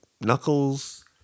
knuckles